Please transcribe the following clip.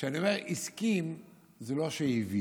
כשאני אומר "הסכים", זה לא אומר שהוא הבין.